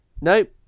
Nope